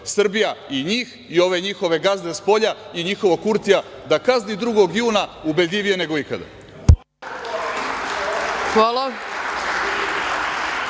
Srbija i njih i ove njihove gazde spolja i njihovog Kurtija da kazni 2. juna, ubedljivije nego ikada.